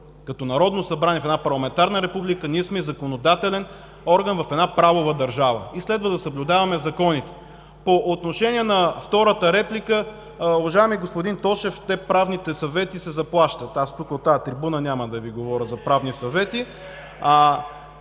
като Народно събрание в парламентарна република, ние сме и законодателен орган в една правова държава, и следва да съблюдаваме законите. По отношение на втората реплика. Уважаеми господин Тошев, правните съвети се заплащат. Аз тук, от тази трибуна, няма да Ви говоря за правни съвети.